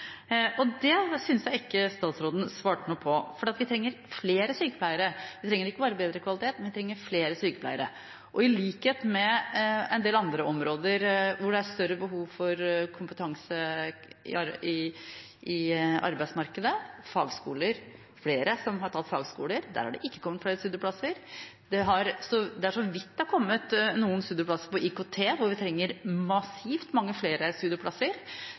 Det synes jeg ikke statsråden svarte noe på. Vi trenger flere sykepleiere. Vi trenger ikke bare bedre kvalitet, men også flere sykepleiere. I likhet med en del andre områder hvor det er større behov for kompetanse i arbeidsmarkedet, for at flere tar fagskole, har det ikke kommet flere studieplasser. Det er så vidt det har kommet noen studieplasser innen IKT, hvor vi trenger massivt mange flere studieplasser.